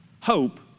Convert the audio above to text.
hope